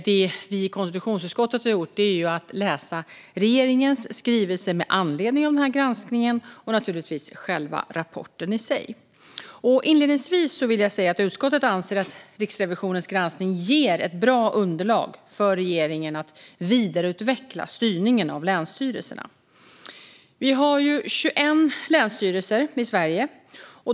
Det vi i konstitutionsutskottet har gjort är att läsa regeringens skrivelser med anledning av denna granskning och naturligtvis själva rapporten i sig. Inledningsvis vill jag säga att utskottet anser att Riksrevisionens granskning ger ett bra underlag för regeringen att vidareutveckla styrningen av länsstyrelserna. Vi har 21 länsstyrelser i Sverige.